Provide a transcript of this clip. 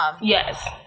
Yes